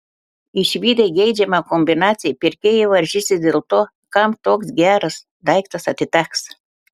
išvydę geidžiamą kombinaciją pirkėjai varžysis dėl to kam toks geras daiktas atiteks